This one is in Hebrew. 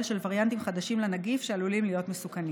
של וריאנטים חדשים לנגיף שעלולים להיות מסוכנים.